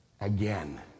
again